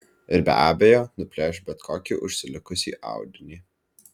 ir be abejo nuplėš bet kokį užsilikusį audinį